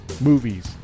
movies